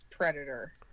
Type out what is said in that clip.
Predator